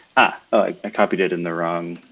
ah i copied it in the wrong